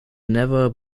never